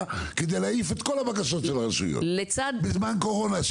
כדי להעיף את כל הבקשות של הרשויות בזמן קורונה,